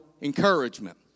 encouragement